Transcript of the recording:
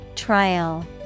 Trial